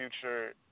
future